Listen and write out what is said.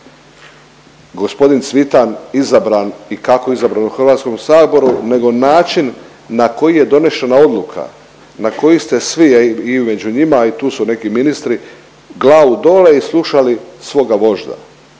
gospodin Cvitan izabran i kako izabran u Hrvatskom saboru nego način na koji je donešena odluka na koju ste svi, a i među njima tu su neki ministri glavu dole i slušali svoga vožda.